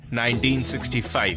1965